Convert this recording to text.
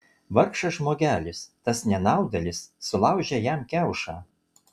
vargšas žmogelis tas nenaudėlis sulaužė jam kiaušą